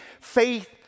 faith